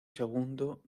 segundo